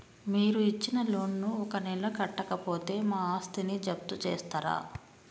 మీరు ఇచ్చిన లోన్ ను ఒక నెల కట్టకపోతే మా ఆస్తిని జప్తు చేస్తరా?